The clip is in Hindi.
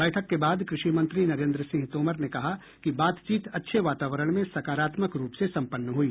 बैठक के बाद कृषि मंत्री नरेन्द्र सिंह तोमर ने कहा कि बातचीत अच्छे वातावरण में सकारात्मक रूप से संपन्न हुई